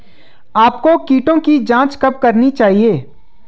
आपको कीटों की जांच कब करनी चाहिए?